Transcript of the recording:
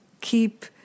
keep